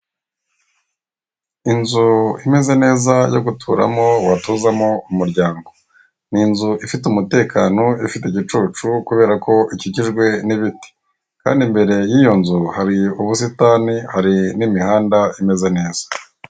Inzu imeze neza yo guturamo watuzamo umuryango. Ni inzu ifite umutekano, ifite igicucu kuberako ikikijwe n'ibiti, kandi imbere y'iyo nzu hari ubusitani, hari n'imihanda imeze neza.